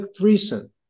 recent